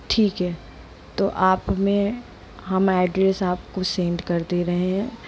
ठीक है तो आप हमें हम एड्रैस आपको सेंड कर दे रहे हैं